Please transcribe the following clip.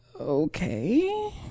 Okay